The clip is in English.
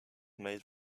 made